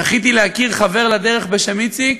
זכיתי להכיר חבר לדרך בשם איציק,